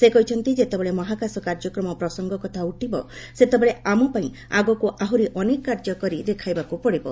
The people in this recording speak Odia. ସେ କହିଛନ୍ତି ଯେତେବେଳେ ମହାକାଶ କାର୍ଯ୍ୟକ୍ରମ ପ୍ରସଙ୍ଗ କଥା ଉଠିବ ସେତେବେଳେ ଆମପାଇଁ ଆଗକୁ ଆହୁରି ଅନେକ କାର୍ଯ୍ୟ କରି ଦେଖାଇବାକୁ ପଡ଼ିବ